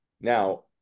now